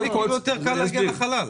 נשמע כאילו יותר קל להגיע לחלל.